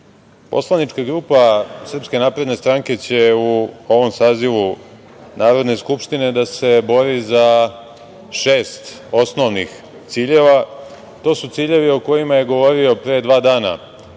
Srbije. Poslanička grupa SNS će u ovom sazivu Narodne skupštine da se bori za šest osnovnih ciljeva. To su ciljevi o kojima je govorio pre dva dana